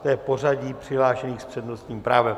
To je pořadí přihlášených s přednostním právem.